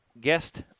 guest